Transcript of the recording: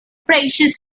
precious